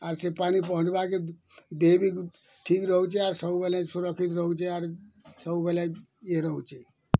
ଆର ସେ ପାନି ପହଁରିବାକେ ଦେହ ବି ଠିକ ରହୁଛି ଆର ସବୁବେଲେ ସୁରକ୍ଷିତ ରହୁଛି ଆର ସବୁବେଲେ ଇଏ ରହୁଛି